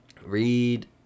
read